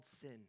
sin